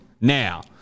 Now